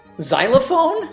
xylophone